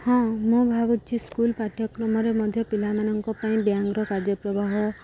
ହଁ ମୁଁ ଭାବୁଛି ସ୍କୁଲ ପାଠ୍ୟକ୍ରମରେ ମଧ୍ୟ ପିଲାମାନଙ୍କ ପାଇଁ ବ୍ୟାଙ୍କର କାର୍ଯ୍ୟପ୍ରବାହ